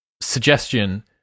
suggestion